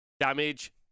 damage